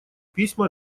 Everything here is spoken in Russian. письма